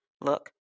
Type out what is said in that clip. look